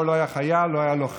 הוא לא היה חייל, הוא לא היה לוחם.